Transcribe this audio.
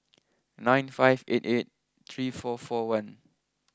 nine five eight eight three four four one